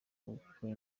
kuko